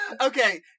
Okay